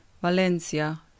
Valencia